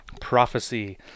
prophecy